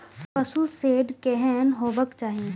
पशु शेड केहन हेबाक चाही?